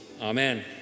amen